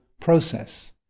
process